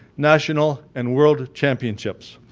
national and world championships.